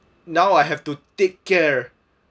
now I have to take care